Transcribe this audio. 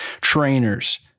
trainers